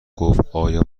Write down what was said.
گفتآیا